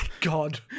God